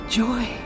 joy